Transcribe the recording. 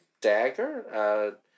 dagger